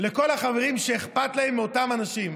לכל החברים שאכפת להם מאותם אנשים.